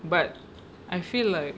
but I feel like